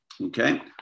okay